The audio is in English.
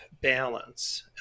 balance